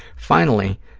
finally,